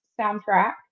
soundtrack